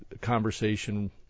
conversation